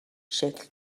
شکل